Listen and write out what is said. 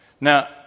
Now